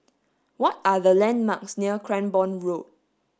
what are the landmarks near Cranborne Road